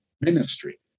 ministry